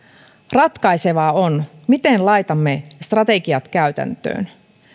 ratkaisevaa on miten laitamme strategiat käytäntöön